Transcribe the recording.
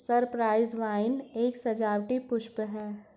Cyprus vine एक सजावटी पुष्प है